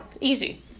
Easy